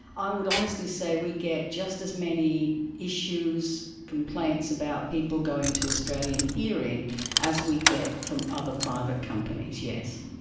i would honestly say we get just as many issues, complaints about people going to australian hearing as we get from other private companies, yes.